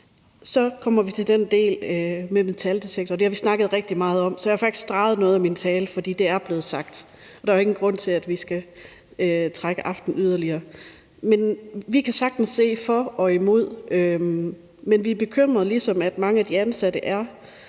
Så kommer vi til den del med metaldetektorer. Det har vi snakket rigtig meget om. Så jeg har faktisk streget noget af min tale, fordi det er blevet sagt; der er jo ingen grund til, at vi skal trække aftenen yderligere. Vi kan sagtens se for og imod, men vi er bekymrede ligesom mange af de ansatte,